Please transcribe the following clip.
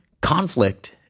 conflict